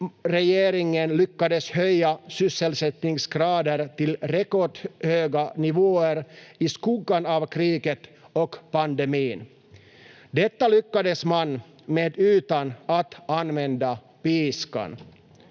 regeringen Marin lyckades höja sysselsättningsgraden till rekordhöga nivåer i skuggan av kriget och pandemin. Detta lyckades man med utan att använda piskan.